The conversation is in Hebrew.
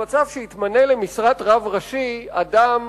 למצב שיתמנה למשרת רב ראשי אדם